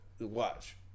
Watch